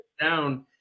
down